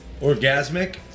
Orgasmic